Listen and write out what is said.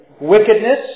wickedness